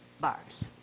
bars